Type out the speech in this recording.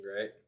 right